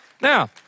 Now